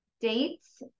dates